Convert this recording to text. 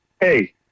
Hey